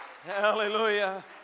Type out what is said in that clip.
Hallelujah